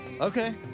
Okay